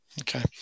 Okay